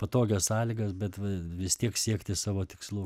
patogias sąlygas bet va vis tiek siekti savo tikslų